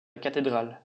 cathédrale